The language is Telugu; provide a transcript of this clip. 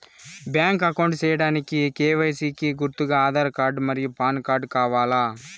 బ్యాంక్ అకౌంట్ సేయడానికి కె.వై.సి కి గుర్తుగా ఆధార్ కార్డ్ మరియు పాన్ కార్డ్ కావాలా?